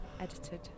edited